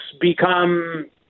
become